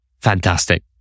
Fantastic